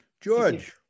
George